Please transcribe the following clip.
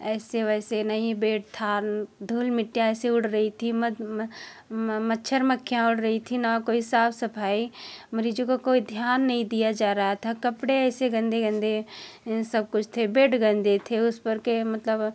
ऐसे वैसे नहीं बेड था धूल मिट्टियाँ ऐसे उड़ रही थीं मध मच्छर मक्खियाँ उड़ रही थी ना कोई साफ सफाई मरीजों को कोई ध्यान नहीं दिया जा रहा था कपड़े ऐसे गंदे गंदे इन सब कुछ थे बेड गंदे थे उस पर के मतलब